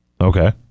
Okay